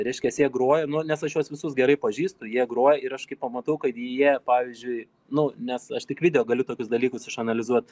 reiškias jie groja nu nes aš juos visus gerai pažįstu jie groja ir aš kai pamatau kad jie pavyzdžiui nu nes aš tik video galiu tokius dalykus išanalizuot